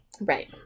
Right